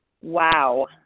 Wow